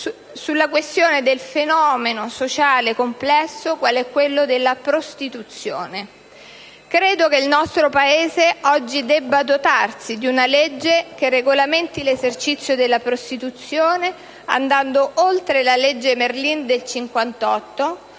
seria su un fenomeno sociale complesso quale quello della prostituzione. Credo che il nostro Paese oggi debba dotarsi di una legge che regolamenti l'esercizio della prostituzione, andando oltre la cosiddetta legge Merlin del 1958,